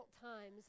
times